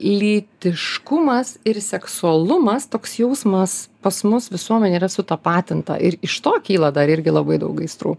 lytiškumas ir seksualumas toks jausmas pas mus visuomenė yra sutapatinta ir iš to kyla dar irgi labai daug aistrų